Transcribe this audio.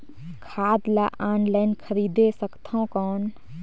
खाद ला ऑनलाइन खरीदे सकथव कौन?